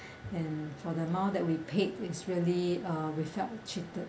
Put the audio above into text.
and for the amount that we paid is really uh we felt cheated